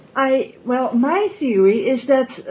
i well, my theory is that